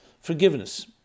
Forgiveness